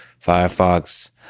Firefox